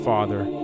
Father